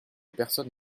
personne